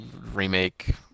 remake